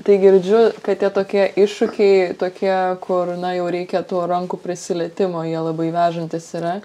tai girdžiu kad tie tokie iššūkiai tokie kur na jau reikia tų rankų prisilietimo jie labai vežantys yra